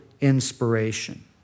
inspiration